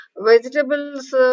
vegetables